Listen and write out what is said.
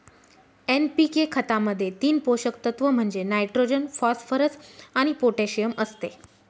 NPK खतामध्ये तीन पोषक तत्व म्हणजे नायट्रोजन, फॉस्फरस आणि पोटॅशियम असते